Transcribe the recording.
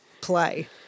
play